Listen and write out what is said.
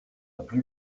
plus